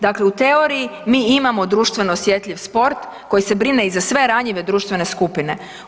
Dakle u teoriji mi imamo društveno osjetljiv sport koji se brine i za sve ranjive društvene skupine.